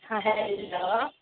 हँ हेलो